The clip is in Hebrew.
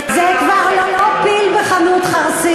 זה בדיוק מה, זה כבר לא פיל בחנות חרסינה.